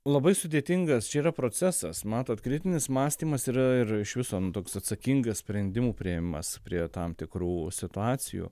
labai sudėtingas čia yra procesas matot kritinis mąstymas yra ir iš viso nu toks atsakingas sprendimų priėjimas prie tam tikrų situacijų